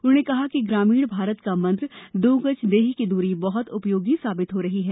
उन्होंने कहा कि ग्रामीण भारत का मंत्र दो गज देह की दूरी बहत उपयोगी साबित हो रहा है